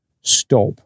stop